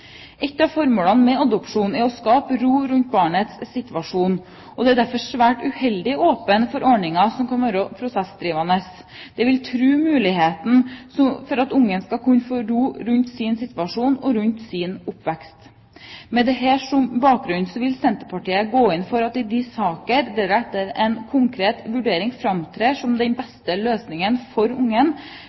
Et av formålene med adopsjon er å skape ro rundt barnets situasjon, og det er derfor svært uheldig å åpne for ordninger som kan være prosessdrivende. Det vil kunne true muligheten for at barnet skal få ro rundt sin situasjon og sin oppvekst. Med dette som bakgrunn vil Senterpartiet gå inn for at i de saker der det etter en konkret vurdering framtrer som den beste løsningen for